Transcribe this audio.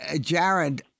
Jared